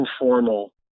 informal